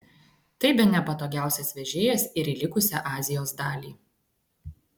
tai bene patogiausias vežėjas ir į likusią azijos dalį